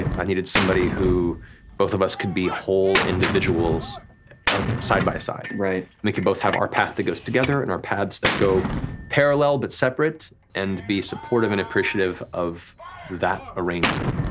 i needed somebody who both of us could be whole individuals ah side by side. right. we can both have our path that goes together and our paths that go parallel but separate, and be supportive and appreciative of that arrangement.